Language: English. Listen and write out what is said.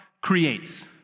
creates